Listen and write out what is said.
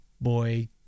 boy